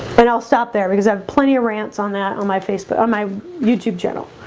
but i'll stop there because i have plenty of rants on that on my facebook on my youtube channel